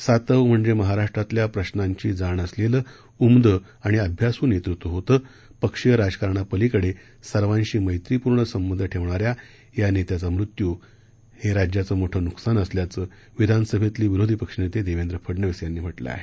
सातव म्हणजे महाराष्ट्रातल्या प्रश्नाची जाण असलेलं उमदं आणि अभ्यासू नेतृत्व होत पक्षीय राजकरणापलीकडे सर्वांशी मैत्रीपूर्ण संबंध ठेवणाऱ्या या नेत्याचं मृत्यू हे राज्याचं मोठं नुकसान असल्याचं विधानसभेतले विरोधी पक्षनेते देवेंद्र फडनवीस यांनी म्हटलं आहे